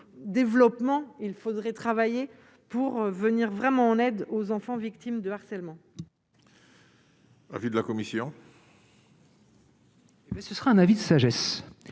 développement il faudrait travailler pour venir vraiment en aide aux enfants victimes de harcèlement. Avis de la commission. Mais ce sera un avis de sagesse,